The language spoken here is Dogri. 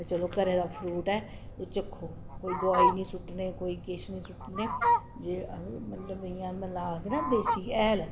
चलो घरै दा फ्रूट ऐ तुस चक्खो कोई दोआई नेईं सु'ट्टने कोई किश नेईं सु'ट्टने जे मतलब इ'यां मिला आखदे ना देसी हैल